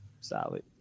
Solid